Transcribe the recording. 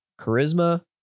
charisma